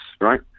Right